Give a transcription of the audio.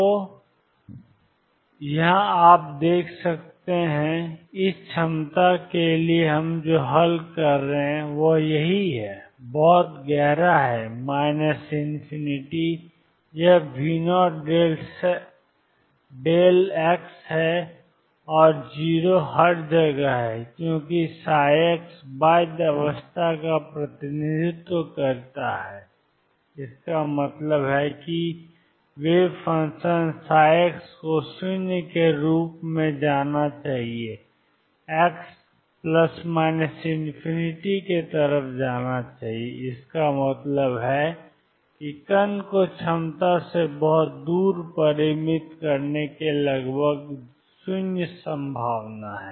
तो कि यह तुम मेरे को जानते हो हम क्षमता के लिए जो हल कर रहे हैं वह यहीं है बहुत गहरा है ∞ यह V0δ है और 0 हर जगह है क्योंकि ψ बाध्य अवस्था का प्रतिनिधित्व करता है इसका मतलब है कि वेव फंक्शनψ को 0 के रूप में जाना चाहिए x→±∞ इसका मतलब है कि कण को क्षमता से बहुत दूर परिमित करने की लगभग 0 संभावना है